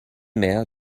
mehr